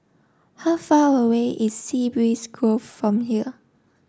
how far away is Sea Breeze Grove from here